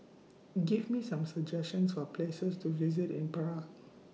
Give Me Some suggestions For Places to visit in Prague